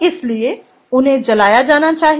इसलिए उन्हें जलाया जाना चाहिए